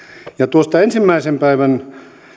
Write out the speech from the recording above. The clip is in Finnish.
tuosta ensimmäisen päivän